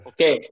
Okay